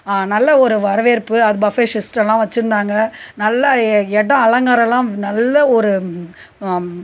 நல்ல ஒரு வரவேற்பு அது பஃபே ஷிஷ்ஸ்ட்டலாம் வச்சுருந்தாங்க நல்ல எ இடம் அலங்காரோலாம் நல்ல ஒரு